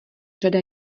řada